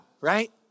right